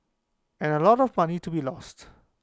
and A lot of money to be lost